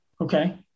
Okay